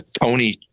Tony